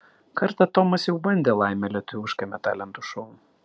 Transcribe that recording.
kartą tomas jau bandė laimę lietuviškame talentų šou